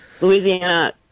Louisiana